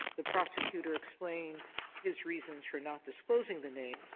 the prosecutor explained his reasons for not disclosing the names,